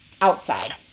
outside